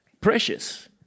precious